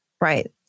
right